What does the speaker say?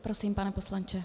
Prosím, pane poslanče.